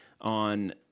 on